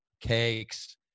cakes